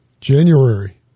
January